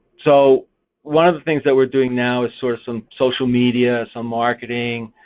so one of the things that we're doing now is sort of some social media, some marketing,